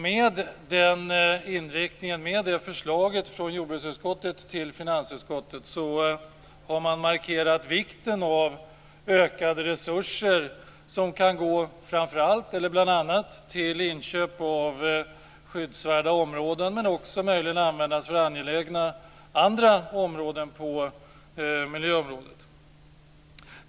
Med detta förslag med denna inriktning från jordbruksutskottet till finansutskottet har man markerat vikten av ökade resurser som kan gå framför allt, eller bl.a., till inköp av skyddsvärda områden men också möjligen användas för andra angelägna områden på miljöområdet.